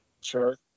Sure